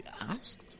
asked